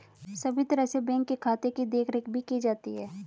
सभी तरह से बैंक के खाते की देखरेख भी की जाती है